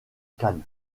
canne